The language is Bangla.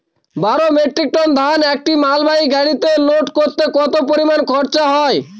বারো মেট্রিক টন ধান একটি মালবাহী গাড়িতে লোড করতে কতো পরিমাণ খরচা হয়?